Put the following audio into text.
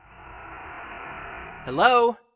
Hello